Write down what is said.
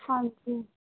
ਹਾਂਜੀ